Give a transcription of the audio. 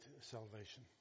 salvation